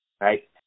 right